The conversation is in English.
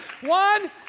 One